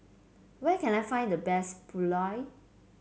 where can I find the best Pulao